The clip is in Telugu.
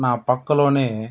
నా పక్కలోనే